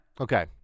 okay